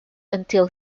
until